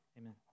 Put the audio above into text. Amen